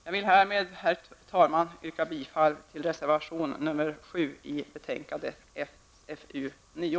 Jag vill härmed, herr talman, yrka bifall till reservation nr 7 till betänkandet SfU9.